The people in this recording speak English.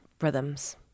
rhythms